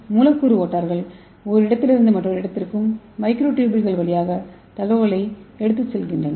மூலக்கூறு மோட்டார்கள் ஒரு இடத்திலிருந்து மற்றொரு இடத்திற்கு மைக்ரோடூபூல்கள் வழியாக தகவல்களை எடுத்துச் செல்கின்றன